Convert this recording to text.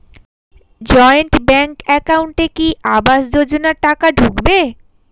Joint bank একাউন্টে কি আবাস যোজনা টাকা ঢুকবে?